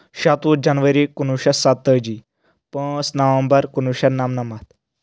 شَتوُہ جنؤری کُنوُہ شیٚتھ سَتٲجی پانٛژھ نومبر کُنوُہ شیٚتھ نَمنَمَتھ